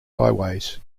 highways